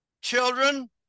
children